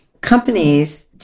Companies